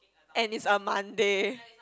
and it's a Monday